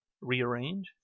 Rearrange